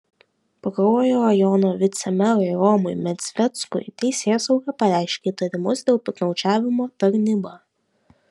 pakruojo rajono vicemerui romui medzveckui teisėsauga pareiškė įtarimus dėl piktnaudžiavimo tarnyba